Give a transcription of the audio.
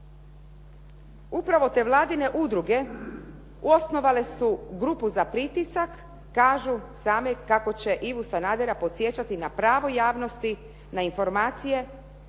upravo te vladine udruge osnovale su grupu za pritisak. Kažu same kako će Ivu Sanadera podsjećati na pravo javnosti, na informacije